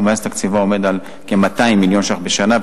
ומאז תקציבה עומד על כ-200 מיליון שקלים בשנה,